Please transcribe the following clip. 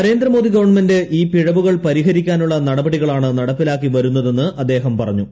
Narendra Modi government ഈ പിഴവുകൾ പരിഹരിക്കാനുള്ള നടപടികളാണ് നടപ്പിലാക്കി വരുന്നതെന്ന് അദ്ദേഹം പറഞ്ഞു